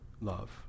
love